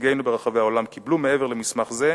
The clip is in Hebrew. נציגינו ברחבי העולם קיבלו, מעבר למסמך זה,